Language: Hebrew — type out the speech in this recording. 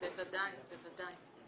בוודאי.